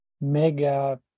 mega